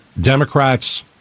Democrats